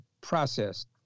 processed